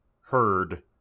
heard